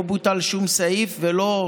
לא בוטל שום סעיף ולא,